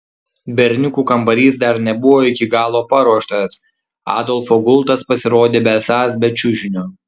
berniukų kambarys dar nebuvo iki galo paruoštas adolfo gultas pasirodė besąs be čiužinio